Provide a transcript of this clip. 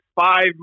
five